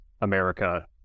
America